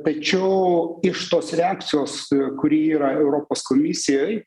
tačiau iš tos reakcijos kuri yra europos komisijoj